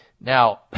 Now